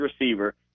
receiver